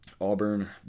Auburn